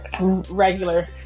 Regular